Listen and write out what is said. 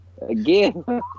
Again